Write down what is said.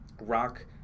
rock